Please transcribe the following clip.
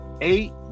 eight